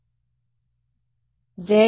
విద్యార్థి కాబట్టి వెక్టార్తో ఉంటుంది